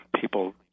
people